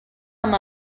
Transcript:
amb